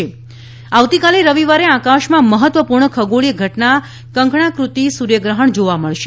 સૂર્યગ્રહણ આવતીકાલે રવિવારે આકાશમાં મહત્વપૂર્ણ ખગોળીય ઘટના કંકણાકૃતિ સૂર્યગ્રહણ જોવા મળશે